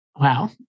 Wow